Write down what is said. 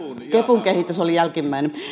kepun kehitys oli jälkimmäinen